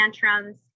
tantrums